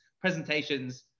presentations